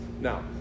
Now